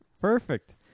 Perfect